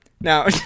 Now